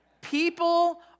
People